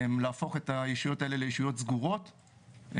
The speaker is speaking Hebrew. להפוך את הישויות האלה לישויות סגורות,